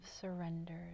surrendered